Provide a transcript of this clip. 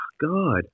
God